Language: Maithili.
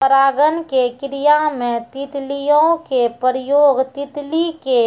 परागण के क्रिया मे तितलियो के प्रयोग तितली के